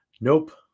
nope